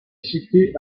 cité